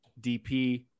DP